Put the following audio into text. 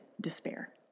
despair